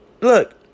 look